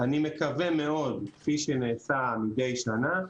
אני מקווה מאוד כפי שנעשה מדי שנה,